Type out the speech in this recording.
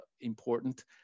important